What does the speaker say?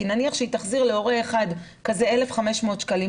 כי נניח שהיא תחזיר להורה אחד 1,500 שקלים,